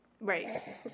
Right